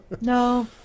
No